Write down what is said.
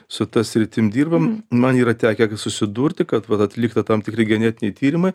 su ta sritim dirbam man yra tekę susidurti kad vat atlikta tam tikri genetiniai tyrimai